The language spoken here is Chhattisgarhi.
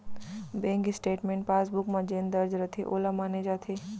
बेंक स्टेटमेंट पासबुक म जेन दर्ज रथे वोला माने जाथे